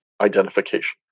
identification